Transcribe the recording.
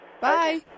Bye